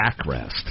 backrest